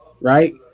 Right